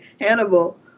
Hannibal